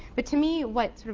but to me, what